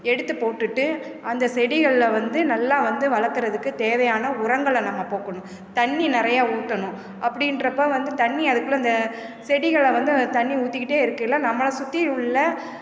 எடுத்துப் போட்டுட்டு அந்த செடிகள்ல வந்து நல்லா வந்து வளர்க்கறதுக்கு தேவையான உரங்களை நம்ம போக்கணும் தண்ணி நிறையா ஊற்றணும் அப்படின்றப்ப வந்து தண்ணி அதுக்குள்ள இந்த செடிகளை வந்து தண்ணி ஊத்திக்கிட்டே இருக்கயில நம்மளை சுற்றி உள்ள